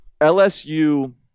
LSU